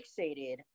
fixated